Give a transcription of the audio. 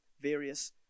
various